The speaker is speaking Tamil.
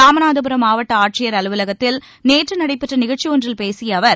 ராமநாதபுரம் மாவட்ட ஆட்சியர் அலுவலகத்தில் நேற்று நடைபெற்ற நிகழ்ச்சி ஒன்றில ்பேசிய அவர்